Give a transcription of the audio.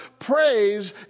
praise